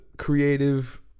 creative